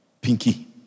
Pinky